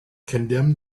condemned